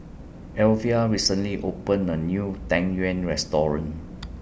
Alvia recently opened A New Tang Yuen Restaurant